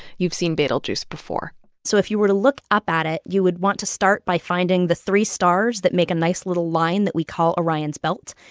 you've seen betelgeuse before so if you were to look up at it, you would want to start by finding the three stars that make a nice, little line that we call orion's belt.